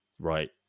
right